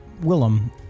Willem